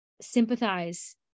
sympathize